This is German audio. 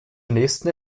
nächsten